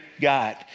God